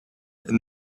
and